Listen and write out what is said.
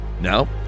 Now